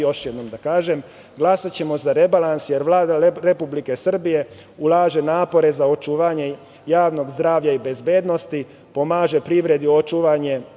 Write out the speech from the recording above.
još jednom da kažem, glasaćemo za rebalans, jer Vlada Republike Srbije ulaže napore za očuvanje javnog zdravlja i bezbednosti, pomaži privredi u